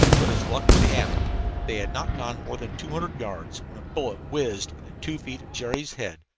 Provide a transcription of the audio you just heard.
but as luck would have it they had not gone more than two hundred yards when a bullet whizzed within two feet of jerry's head,